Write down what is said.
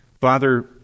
Father